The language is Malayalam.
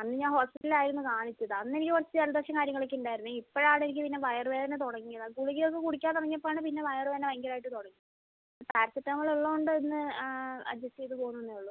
അന്ന് ഞാൻ ഹോസ്പിറ്റൽ ആയ അന്ന് കാണിച്ചതാണ് അന്ന് എനിക്ക് കുറച്ച് ജലദോഷം കാര്യങ്ങൾ ഒക്കെ ഉണ്ടായിരുന്നു ഇപ്പഴാണ് എനിക്ക് പിന്നെ വയറുവേദന തുടങ്ങിയത് ഗുളിക ഒന്ന് കുടിക്കാൻ തുടങ്ങിയപ്പം ആണ് പിന്നെ വയറുവേദന ഭയങ്കര ആയിട്ട് തുടങ്ങി പാരസിറ്റമോള് ഉള്ളത് കൊണ്ട് ഒന്ന് അഡ്ജസ്റ്റ് ചെയ്ത് പോകുന്നുവെന്നേ ഉള്ളൂ